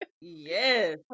Yes